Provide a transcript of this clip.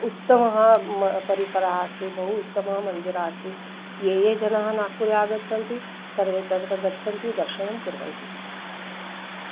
उत्तमः म परिसरः अस्ति बहु उत्तममन्दिरम् अस्ति ये ये जनाः नाग्पुरे आगच्छन्ति सर्वे तत्र गच्छन्ति दर्शनं कुर्वन्ति